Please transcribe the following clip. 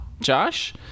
josh